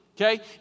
okay